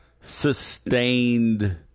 sustained